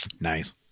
Nice